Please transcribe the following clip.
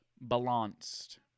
balanced